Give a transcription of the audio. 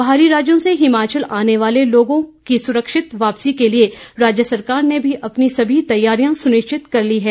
बाहरी राज्यों से हिमाचल आने वाले लोगों की सुरक्षित वापसी के लिए राज्य सरकार ने भी अपनी सभी तैयारियां सुनिश्चित कर ली हैं